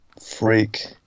freak